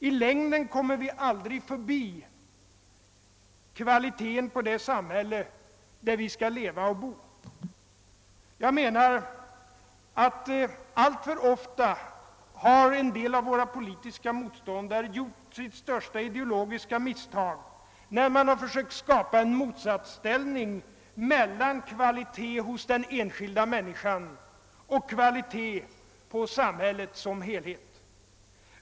I längden kommer vi aldrig förbi kvaliteten på det samhälle där vi skall leva och bo. Alltför ofta har en del av våra politiska motståndare gjort sitt största ideologiska misstag när de försökt skapa en motsatsställning mellan kvalitet hos den enskilda människan och kvalitet på samhället som helhet.